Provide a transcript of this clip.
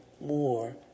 more